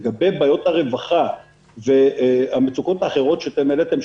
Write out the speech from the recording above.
לגבי בעיות הרווחה והמצוקות האחרות שאתם העליתם,